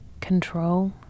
control